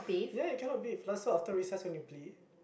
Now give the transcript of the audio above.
ya you cannot bathe so after recess when you play